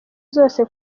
zose